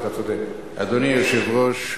אדוני היושב-ראש,